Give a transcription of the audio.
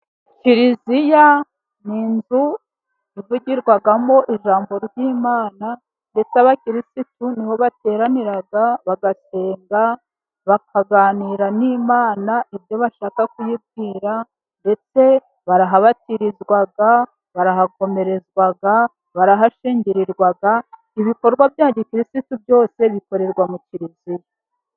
Kiliziya ni inzu ivugirwamo ijambo ry'Imana ndetse abakirisitu niho bateranira bagasenga bakaganira n'Imana, ibyo bashaka kuyibwira, ndetse barahabatirizwa, barahakomerezwa, barahashengererwa, ibikorwa bya gikirisitu byose bikorerwa mu Kiliziya.